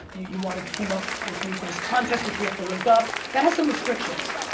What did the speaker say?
you wanted to team up with me for this contest which we have to link up. that has some restrictions,